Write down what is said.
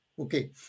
Okay